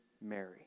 Mary